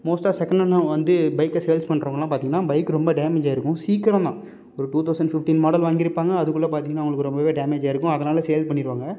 மோஸ்டாக செகெனண்டில் வந்து பைக்கை சேல்ஸ் பண்றவங்கலாம் பார்த்திங்கன்னா பைக் ரொம்ப டேமேஜ் ஆகிருக்கும் சீக்கிரம் தான் ஒரு டூ தௌசண்ட் ஃபிஃப்டி மாடல் வாங்கியிருப்பாங்க அதுக்குள்ள பார்த்திங்கன்னா அவங்களுக்கு ரொம்பவே டேமேஜ் ஆகிருக்கும் அதனால் சேல் பண்ணிடுவாங்க